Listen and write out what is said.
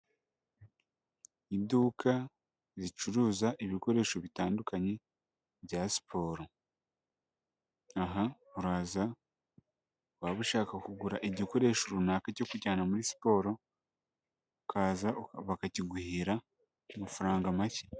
Iduka zicuruza ibikoresho bitandukanye bya siporo. Aha uraza, waba ushaka kugura igikoresho runaka cyo kujyana muri siporo, ukaza bakakiguhera amafaranga make.